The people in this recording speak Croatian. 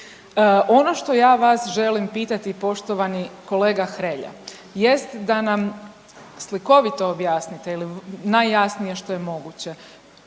Ono što ja vas želim pitati poštovani kolega Hrelja, jest da nam slikovito objasnite ili najjasnije što je moguće